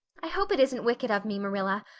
i hope it isn't wicked of me, marilla,